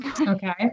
Okay